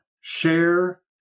share